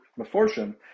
meforshim